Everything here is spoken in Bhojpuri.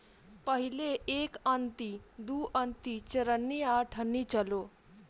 पहिले एक अन्नी, दू अन्नी, चरनी आ अठनी चलो